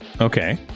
okay